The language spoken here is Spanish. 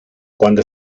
cuando